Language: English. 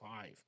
five